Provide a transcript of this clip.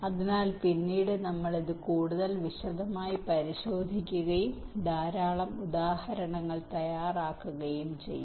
അതിനാൽ പിന്നീട് നമ്മൾ ഇത് കൂടുതൽ വിശദമായി പരിശോധിക്കുകയും ധാരാളം ഉദാഹരണങ്ങൾ തയ്യാറാക്കുകയും ചെയ്യും